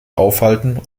aufhalten